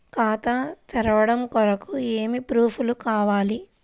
ఖాతా తెరవడం కొరకు ఏమి ప్రూఫ్లు కావాలి?